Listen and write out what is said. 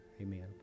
Amen